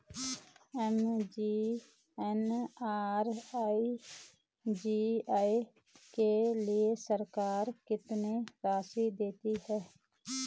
MGNREGA के लिए सरकार कितनी राशि देती है?